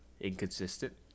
inconsistent